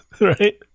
right